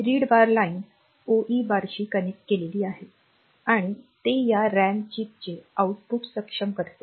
read bar line ओई बारशी connect केलेली आहे आणी ते या रॅम चिपचे आउटपुट सक्षम करते